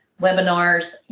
webinars